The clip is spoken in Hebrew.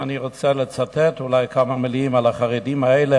אני רוצה לצטט אולי כמה מלים: "החרדים האלה,